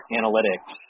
analytics